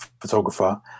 photographer